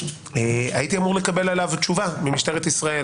הייתי אמור לקבל עליו תשובה ממשטרת ישראל.